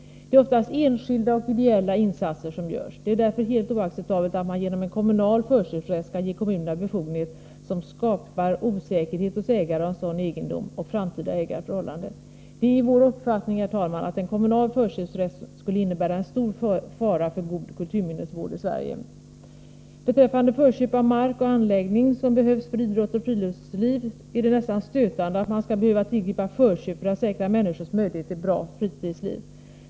Det är oftast enskilda och ideella insatser som görs. Det är därför helt oacceptabelt att man genom en kommunal förköpsrätt ger kommunerna befogenheter som skapar en osäkerhet hos ägare av sådan egendom om framtida ägarförhållanden. Det är vår uppfattning att en kommunal förköpsrätt skulle innebära en stor fara för god kulturminnesvård i Sverige. Vad beträffar förköp av mark eller anläggning som behövs för idrott och fritidsliv är det nästan stötande att man skall behöva tillgripa förköp för att säkra människors möjligheter till ett bra fritidsliv.